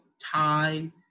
time